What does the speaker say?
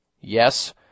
Yes